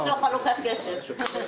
אני לא מתעסק בכלום, רק איתך.